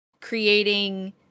creating